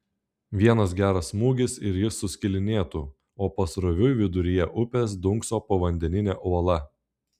vienas geras smūgis ir jis suskilinėtų o pasroviui viduryje upės dunkso povandeninė uola